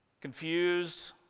confused